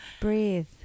Breathe